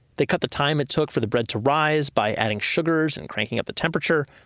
they cut the time it took for the bread to rise by adding sugars and cranking up the temperature.